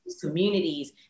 communities